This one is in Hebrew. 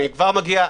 בדיוק.